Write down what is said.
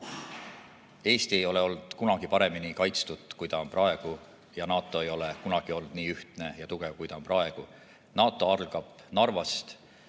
Eesti ei ole olnud kunagi paremini kaitstud, kui ta on praegu, ja NATO ei ole kunagi olnud nii ühtne ja tugev, kui ta on praegu. NATO algab Narvast.